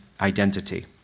identity